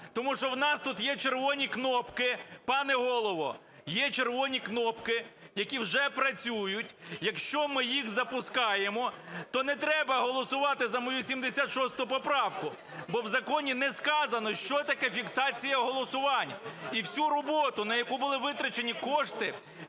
тому що в нас тут є червоні кнопки, пане Голово, є червоні кнопки, які вже працюють, якщо ми їх запускаємо, то не треба голосувати за мою 76 поправку, бо в законі не сказано, що таке фіксація голосувань. І всю роботу, на яку були витрачені кошти,